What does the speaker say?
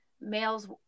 males